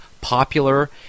popular